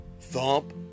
Thump